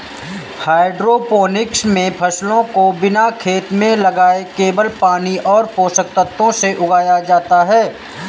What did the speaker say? hydroponics मे फसलों को बिना खेत में लगाए केवल पानी और पोषक तत्वों से उगाया जाता है